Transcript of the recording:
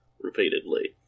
repeatedly